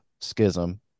schism